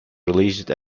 released